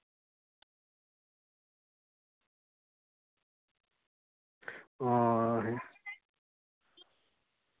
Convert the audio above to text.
ᱚ ᱦᱮᱸ